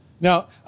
Now